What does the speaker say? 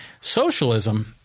Socialism